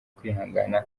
kwihangana